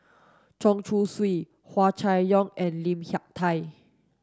Chen Chong Swee Hua Chai Yong and Lim Hak Tai